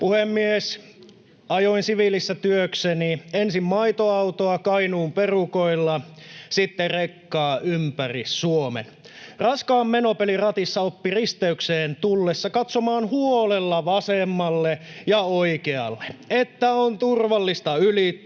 puhemies! Ajoin siviilissä työkseni ensin maitoautoa Kainuun perukoilla, sitten rekkaa ympäri Suomen. Raskaan menopelin ratissa oppi risteykseen tullessa katsomaan huolella vasemmalle ja oikealle, että on turvallista ylittää